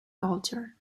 culture